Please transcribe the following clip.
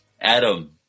Adam